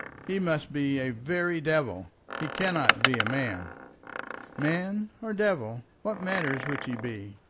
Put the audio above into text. he must be a very devil. he cannot be a man man or devil, what matters which he be?